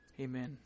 Amen